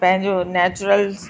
पंहिंजो नैचरल्स